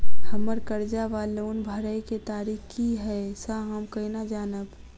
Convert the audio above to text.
हम्मर कर्जा वा लोन भरय केँ तारीख की हय सँ हम केना जानब?